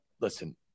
listen